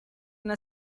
una